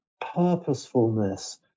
purposefulness